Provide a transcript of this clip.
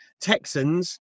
Texans